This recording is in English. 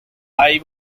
five